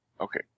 Okay